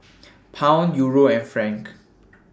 Pound Euro and Franc